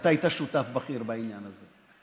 ואתה היית שותף בכיר בעניין הזה.